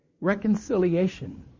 Reconciliation